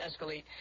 escalate